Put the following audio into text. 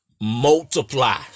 multiply